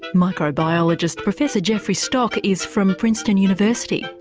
microbiologist professor jeffry stock is from princeton university.